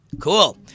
Cool